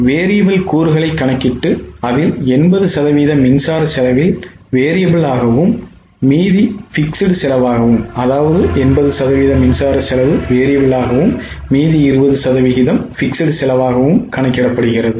Variable கூறுகளை கணக்கிட்டு அதில் 80 சதவீத மின்சார செலவு variable ஆகவும் மீதி fixed செலவாகவும் கணக்கிடப்பட்டது